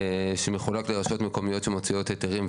שמחולק לרשויות מקומיות שמוצאות היתרים.